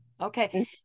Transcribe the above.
Okay